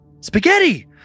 Spaghetti